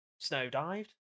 Snowdived